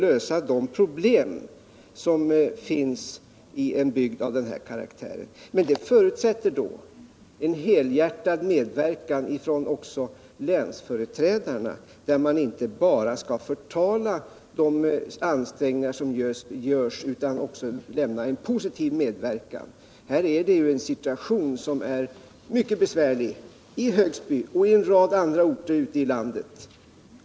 lösa de problem som finns i en bygd av denna karaktär. Men det förutsätter att Torsdagen den länsföreträdarna inte bara förtalar de ansträngningar som görs utan står för en 9 mars 1978 helhjärtad och positiv medverkan. Situationen är mycket besvärlig i Högsby och i en rad andra orter ute i landet.